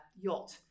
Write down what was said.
yacht